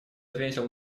отметил